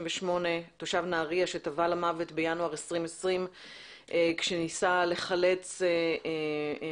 תושב נהריה שטבע למוות בינואר 2020 כשניסה לחלץ משפחה